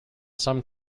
some